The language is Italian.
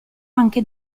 anche